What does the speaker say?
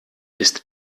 ist